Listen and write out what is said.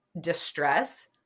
distress